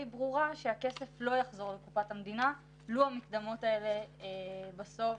ברורה שהכסף לא יחזור לקופת המדינה לו המקדמות האלה בסוף